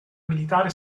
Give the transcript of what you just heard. militare